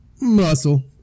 Muscle